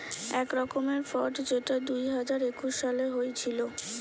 এক রকমের ফ্রড যেটা দুই হাজার একুশ সালে হয়েছিল